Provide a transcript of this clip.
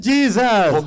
Jesus